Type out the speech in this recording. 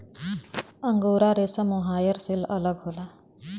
angora रेसा mohair से अलग होला